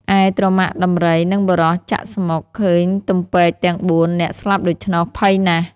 ឯទ្រមាក់ដំរីនិងបុរសចាក់ស្មុគ ឃើញទំពែកទាំង ៤ នាក់ស្លាប់ដូច្នោះ ភ័យណាស់